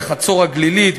בחצור-הגלילית,